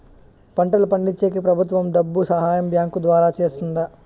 పంటలు పండించేకి ప్రభుత్వం డబ్బు సహాయం బ్యాంకు ద్వారా చేస్తుందా?